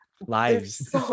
lives